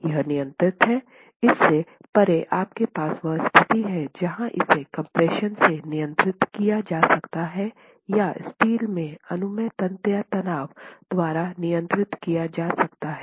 यह नियंत्रित हैं इससे परे आपके पास वह स्थिति है जहां इसे कम्प्रेशन से नियंत्रित किया जा सकता है या स्टील में अनुमेय तन्यता तनाव द्वारा नियंत्रित किया जा सकता है